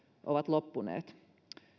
ovat loppuneet